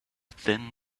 thin